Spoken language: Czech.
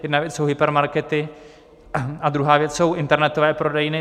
Jedna věc jsou hypermarkety a druhá věc jsou internetové prodejny.